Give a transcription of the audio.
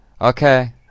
Okay